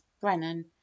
Brennan